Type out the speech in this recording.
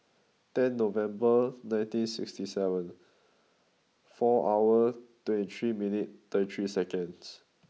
tenth November nineteen sixty seven four hour twenty three minute thirty three seconds